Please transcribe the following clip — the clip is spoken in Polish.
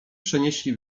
przenieśli